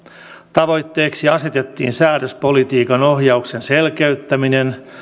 tavoitteeksi asetettiin säädöspolitiikan ohjauksen selkeyttäminen